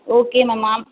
okay ma'am